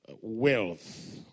wealth